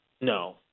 No